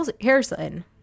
Harrison